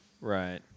Right